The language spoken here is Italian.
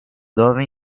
dove